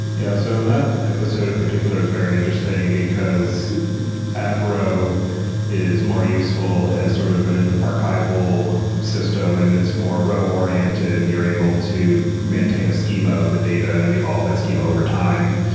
yeah, so and that episode in particular is very interesting, because avro is more useful as sort of an archival system and it's more row-oriented. you're able to maintain a schema of the data and evolve that schema over time.